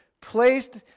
placed